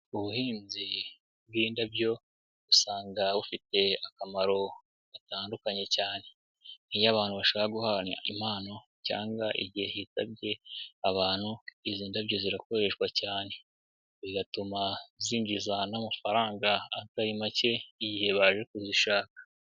Ubuhinzi bw'indabyo usanga bufite akamaro gatandukanye cyane. Iyo abantu bashaka guha impano cyangwa igihe hitabye abantu, izi ndabyo zirakoreshwa cyane, bigatuma zinjiza n'amafaranga atari make igihe baje kuzishaka.